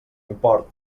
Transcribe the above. import